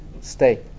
Stay